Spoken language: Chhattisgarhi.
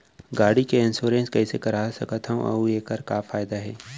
गाड़ी के इन्श्योरेन्स कइसे करा सकत हवं अऊ एखर का फायदा हे?